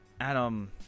Adam